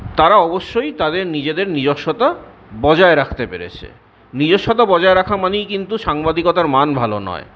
তারা অবশ্যই তাদের নিজেদের নিজস্বতা বজায় রাখতে পেরেছে নিজস্বতা বজায় রাখা মানেই কিন্তু সাংবাদিকতার মান ভালো নয়